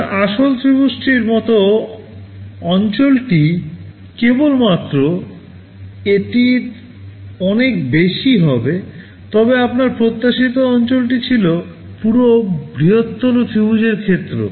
আপনার আসল ত্রিভুজটির মতো অঞ্চলটি কেবলমাত্র এটির অনেক বেশি হবে তবে আপনার প্রত্যাশিত অঞ্চলটি ছিল পুরো বৃহত্তর ত্রিভুজের ক্ষেত্র